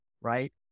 right